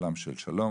עולם של שלום,